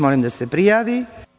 Molim da se prijavi.